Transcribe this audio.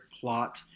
plot